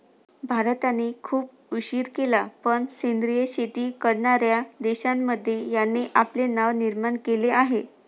भारताने खूप उशीर केला पण सेंद्रिय शेती करणार्या देशांमध्ये याने आपले नाव निर्माण केले आहे